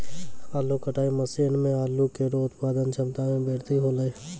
आलू कटाई मसीन सें आलू केरो उत्पादन क्षमता में बृद्धि हौलै